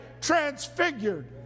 transfigured